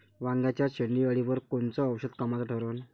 वांग्याच्या शेंडेअळीवर कोनचं औषध कामाचं ठरन?